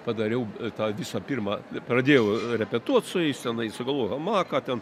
padariau tai visų pirmą pradėjau repetuot su jais tenai sugalvojau hamaką ten